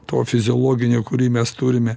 to fiziologinio kurį mes turime